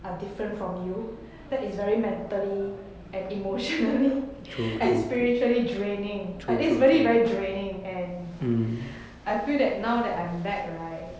I'm different from you that it's very mentally and emotionally and spiritually draining like it's very very draining and I feel that now that I'm back